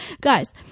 guys